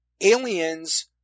Aliens